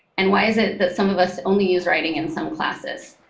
and why is it that some of us only use writing in some classes,